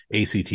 ACT